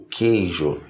queijo